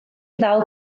ddal